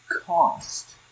cost